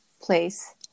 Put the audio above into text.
place